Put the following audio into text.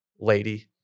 Lady